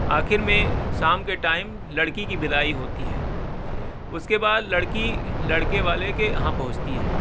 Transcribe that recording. آخر میں شام کے ٹائم لڑکی کی وداعی ہوتی ہے اس کے بعد لڑکی لڑکے والے کے یہاں پہنچتی ہے